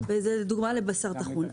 לדוגמה בשר טחון.